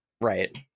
Right